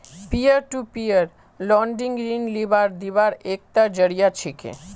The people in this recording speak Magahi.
पीयर टू पीयर लेंडिंग ऋण लीबार दिबार एकता जरिया छिके